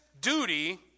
duty